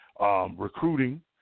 Recruiting